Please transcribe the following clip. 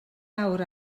awr